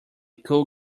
cool